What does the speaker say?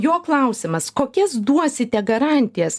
jo klausimas kokias duosite garantijas